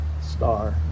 star